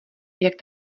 jak